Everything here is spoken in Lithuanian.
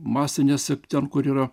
masinėse ten kur yra